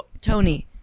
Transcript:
Tony